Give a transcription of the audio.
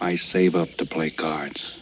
i save up to play cards